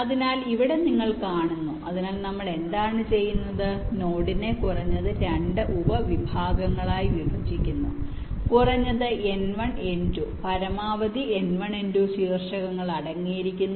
അതിനാൽ ഇവിടെ നിങ്ങൾ കാണുന്നു അതിനാൽ നമ്മൾ എന്താണ് ചെയ്യുന്നത് നോഡിനെ കുറഞ്ഞത് 2 ഉപവിഭാഗങ്ങളായി വിഭജിക്കുന്നു കുറഞ്ഞത് n1 n2 പരമാവധി n1 n2 വെർട്ടിസസുകൾ അടങ്ങിയിരിക്കുന്നു